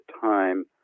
time